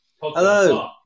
Hello